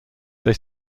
they